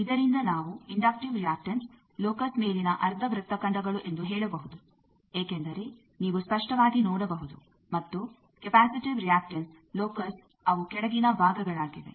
ಇದರಿಂದ ನಾವು inductive reactance locus ಮೇಲಿನ ಅರ್ಧ ವೃತ್ತಖಂಡಗಳು ಎಂದು ಹೇಳಬಹುದು ಏಕೆಂದರೆ ನೀವು ಸ್ಪಷ್ಟವಾಗಿ ನೋಡಬಹುದು ಮತ್ತು ಕೆಪಾಸಿಟಿವ್ ರಿಯಾಕ್ಟೆನ್ಸ್ ಲೋಕಸ್ ಅವು ಕೆಳಗಿನ ಭಾಗಗಳಾಗಿವೆ